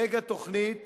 מגה-תוכנית